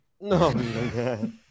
No